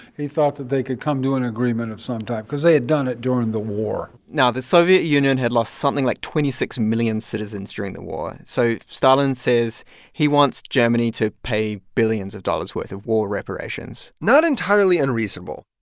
he thought that they could come to an agreement of some type because they had done it during the war now, the soviet union had lost something like twenty six million citizens during the war. so stalin says he wants germany to pay billions of dollars' worth of war reparations not entirely unreasonable.